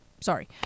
Sorry